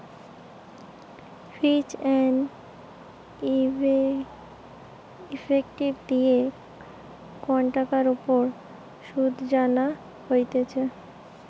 ফিচ and effective দিয়ে কন টাকার উপর শুধ জানা হতিছে